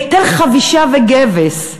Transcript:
היטל חבישה וגבס,